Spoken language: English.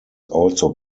also